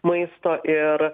maisto ir